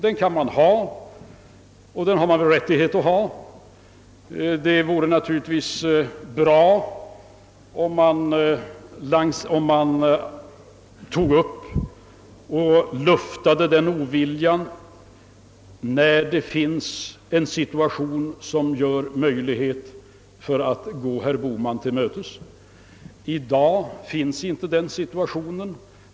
Den kan man ha och har man rättighet att ha, men det vore naturligtvis bra om man tog upp och luftade denna ovilja när vi har en situation som ger möjlighet att gå herr Bohman till mötes. I dag har vi inte en sådan situation.